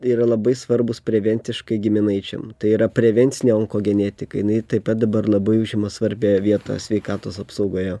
yra labai svarbūs prevenciškai giminaičiam tai yra prevencinė onkogenetika jinai taip pat dabar labai užima svarbią vietą sveikatos apsaugoje